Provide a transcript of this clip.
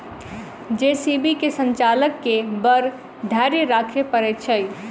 JCB के संचालक के बड़ धैर्य राखय पड़ैत छै